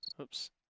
Oops